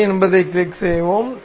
சரி என்பதைக் கிளிக் செய்வோம்